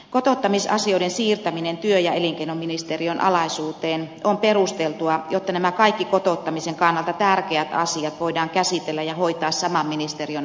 kotouttamisasioiden siirtäminen työ ja elinkeinoministeriön alaisuuteen on perusteltua jotta nämä kaikki kotouttamisen kannalta tärkeät asiat voidaan käsitellä ja hoitaa saman ministeriön alaisuudessa